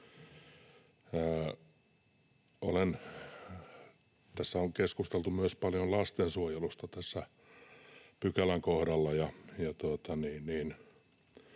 Tässä on keskusteltu myös paljon lastensuojelusta tämän pykälän kohdalla,